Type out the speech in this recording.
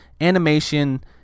animation